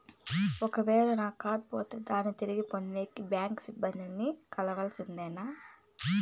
ఒక వేల నా కార్డు పోతే దాన్ని తిరిగి పొందేకి, బ్యాంకు సిబ్బంది ని కలవాల్సిందేనా?